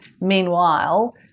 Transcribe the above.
Meanwhile